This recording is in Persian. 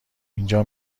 اینجا